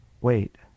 wait